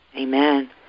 Amen